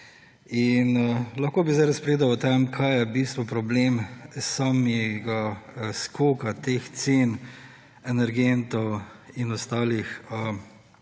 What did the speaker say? Lahko bi zdaj razpredal o tem, kaj je v bistvu problem samega skoka teh cen energentov in ostalih